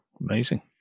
amazing